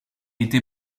était